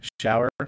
shower